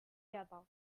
together